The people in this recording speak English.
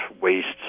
wastes